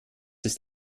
ist